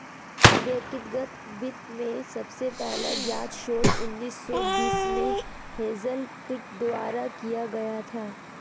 व्यक्तिगत वित्त में सबसे पहला ज्ञात शोध उन्नीस सौ बीस में हेज़ल किर्क द्वारा किया गया था